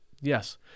Yes